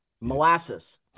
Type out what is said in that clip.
Molasses